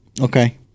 Okay